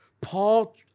Paul